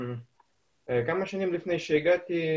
כמה שנים לפני שהגעתי,